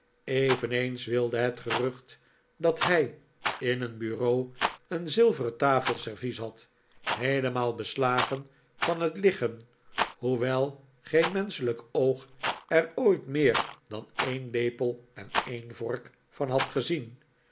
eveneens wilde het gerucht dat hij in een bureau een zilveren tafelservies had heelemaal beslagen van het liggen hoewel geen menschelijk oog er ooit meer dan een lepel en een vork van had gezien